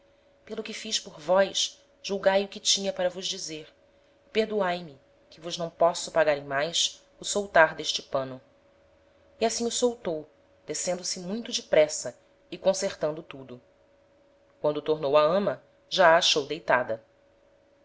pelo que fiz por vós julgae o que tinha para vos dizer e perdoae me que vos não posso pagar em mais o soltar d'este pano e assim o soltou descendo se muito depressa e concertando tudo quando tornou a ama já a achou deitada